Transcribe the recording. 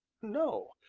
no,